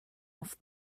off